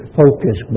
focus